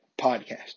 podcast